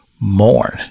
mourn